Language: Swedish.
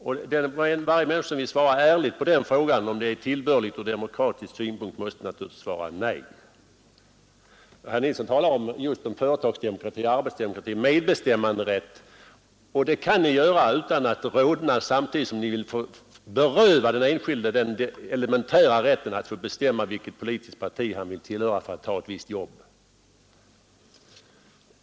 Och varje människa som vill svara ärligt på frågan, om detta är tillbörligt ur demokratisk synpunkt, måste naturligtvis svara nej. Herr Nilsson talar om företagsdemokrati, arbetsdemokrati och medbestämmanderätt. Och det kan ni göra utan att rodna, samtidigt som ni vill beröva den enskilde den elementära rätten att få bestämma vilket politiskt parti han vill tillhöra för att ta ett visst jobb!